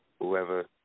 whoever